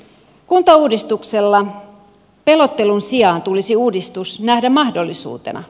kuntauudistuksella pelottelun sijaan tulisi uudistus nähdä mahdollisuutena